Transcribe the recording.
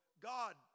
God